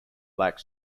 black